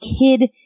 kid